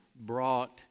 brought